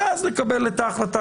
ואז לקבל את ההחלטה.